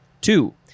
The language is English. Two